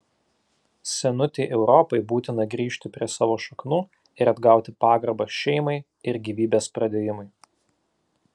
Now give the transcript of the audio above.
senutei europai būtina grįžti prie savo šaknų ir atgauti pagarbą šeimai ir gyvybės pradėjimui